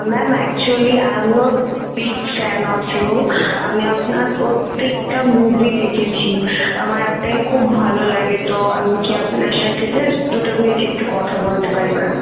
ma'am actually I am your big fan of you আমি আপনার প্রত্যেকটা মুভি দেখেছি আমার আপনাকে খুব ভালো লাগে তো আমি কি আপনার সাথে জাস্ট দুটো মিনিট একটু কথা বলতে পারি ম্যাম